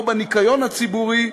לא בניקיון הציבורי,